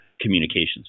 communications